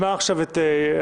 זה מה שאמרתי,